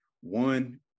one